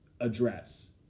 address